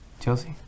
Josie